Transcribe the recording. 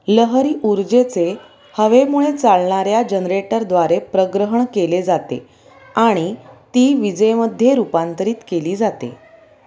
लहरी ऊर्जेचे हवेमुळे चालणाऱ्या जनरेटरद्वारे प्रग्रहण केले जाते आणि ती विजेमध्ये रूपांतरित केली जाते